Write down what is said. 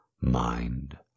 mind